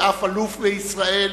ואף אלוף בישראל,